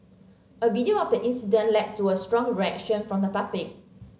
a video of the incident led to a strong reaction from the public